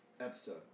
episode